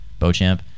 Bochamp